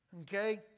Okay